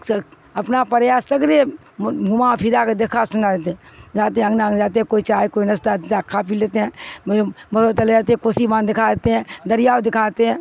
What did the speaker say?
اپنا پریا سگرے گھما پھرا کے دیکھا سنا دیتے ہیں جاتے ہیں اننگنناگ جاتے ہیں کوئی چائے کوئی نستاہتا کا پی لیتے ہیں بڑوت لے جاتے ہیں کوسیی بان دکھا لیتے ہیں دریاؤ دکھاتے ہیں